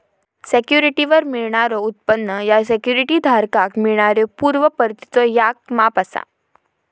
सिक्युरिटीवर मिळणारो उत्पन्न ह्या सिक्युरिटी धारकाक मिळणाऱ्यो पूर्व परतीचो याक माप असा